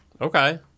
okay